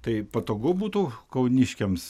tai patogu būtų kauniškiams